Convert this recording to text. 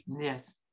Yes